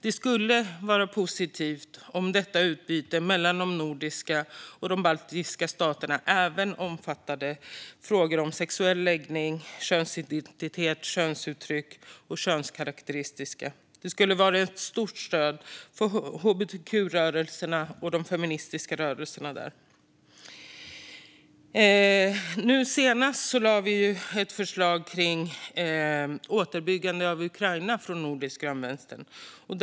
Det skulle vara positivt om detta utbyte mellan de nordiska och de baltiska staterna även omfattade frågor om sexuell läggning, könsidentitet, könsuttryck och könskarakteristika. Det skulle vara ett stort stöd för hbtq-rörelserna och de feministiska rörelserna där. Nu senast lade vi från Nordisk grön vänster fram ett förslag om återuppbyggande av Ukraina.